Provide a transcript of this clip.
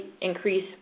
increase